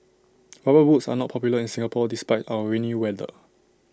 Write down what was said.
rubber boots are not popular in Singapore despite our rainy weather